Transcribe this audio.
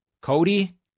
Cody